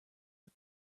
but